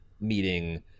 meeting